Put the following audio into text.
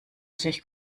sich